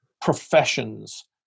professions